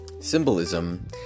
symbolism